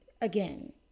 again